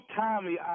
Tommy